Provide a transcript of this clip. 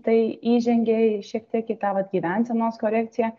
tai įžengė šiek tiek į tą vat gyvensenos korekciją